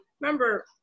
Remember